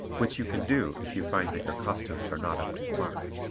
which you can do if you find that your costumes are not up to the mark.